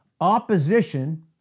opposition